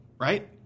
right